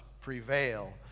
prevail